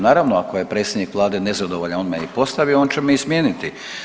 Naravno ako je predsjednik vlade nezadovoljan, on me i postavio, on će me i smijeniti.